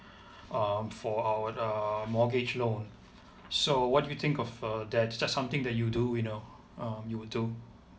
um for our err mortgage loan so what do you think of uh that is that something that you do you know um you will do